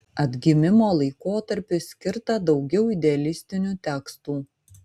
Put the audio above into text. atgimimo laikotarpiui skirta daugiau idealistinių tekstų